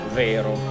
vero